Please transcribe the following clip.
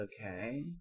okay